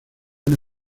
una